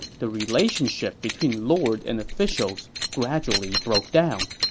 the relationship between lord and officials gradually broke down.